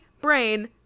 brain